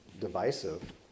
divisive